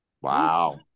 Wow